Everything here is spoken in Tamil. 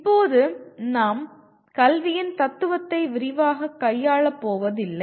இப்போது நாம் கல்வியின் தத்துவத்தை விரிவாகக் கையாளப் போவதில்லை